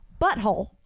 butthole